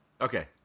Okay